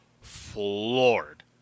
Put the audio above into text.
floored